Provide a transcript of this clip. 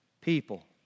people